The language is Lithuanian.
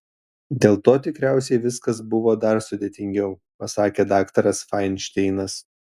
dėl to tikriausiai viskas buvo dar sudėtingiau pasakė daktaras fainšteinas